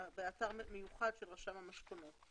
באתר מיוחד של רשם המשכונות.